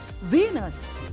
Venus